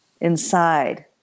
inside